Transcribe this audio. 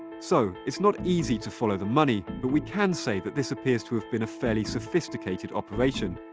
so it's not easy to follow the money. but we can say that this appears to have been a fairly sophisticated operation.